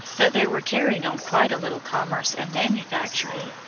that they were carrying on quite a little commerce and manufacturing,